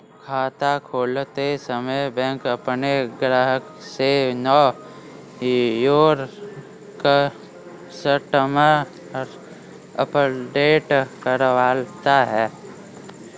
खाता खोलते समय बैंक अपने ग्राहक से नो योर कस्टमर अपडेट करवाता है